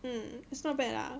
mm it's not bad lah